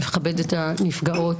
מכבד את הנפגעות,